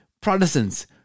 Protestants